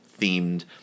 themed